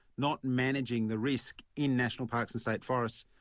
not managing the risk in national parks and state forests.